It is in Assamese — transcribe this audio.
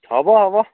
হ'ব হ'ব